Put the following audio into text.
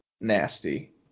nasty